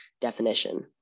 definition